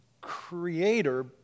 Creator